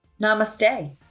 Namaste